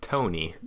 Tony